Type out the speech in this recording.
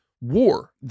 war